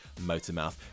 Motormouth